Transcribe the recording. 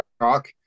talk